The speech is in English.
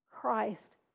Christ